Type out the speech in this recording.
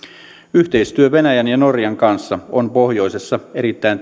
yhteistyö venäjän ja norjan kanssa on pohjoisessa erittäin